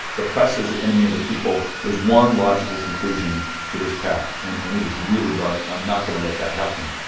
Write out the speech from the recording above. the press as the enemy of the people there's one logical conclusion to this path, and and it is really dark. and i'm not going to let that happen.